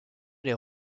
les